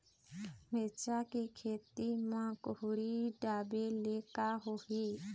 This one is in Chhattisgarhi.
मिरचा के खेती म कुहड़ी ढापे ले का होही?